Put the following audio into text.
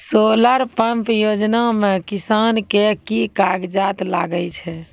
Solar pump योजना म किसान के की कागजात लागै छै?